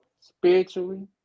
spiritually